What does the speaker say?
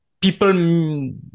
people